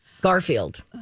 Garfield